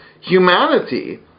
humanity